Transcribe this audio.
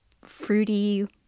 fruity